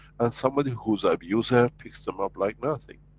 and somebody who's abuser, picks them up like nothing.